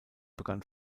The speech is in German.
begann